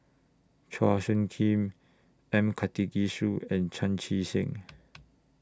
Chua Soo Khim M Karthigesu and Chan Chee Seng